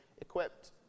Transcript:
equipped